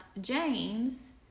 James